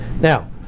Now